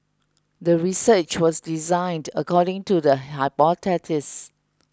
the research was designed according to the hypothesis